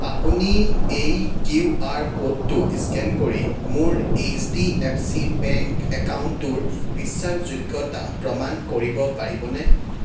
আপুনি এই Q R ক'ডটো স্কেন কৰি মোৰ H D F C bank একাউণ্টটোৰ বিশ্বাসযোগ্যতা প্ৰমাণ কৰিব পাৰিবনে